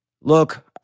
look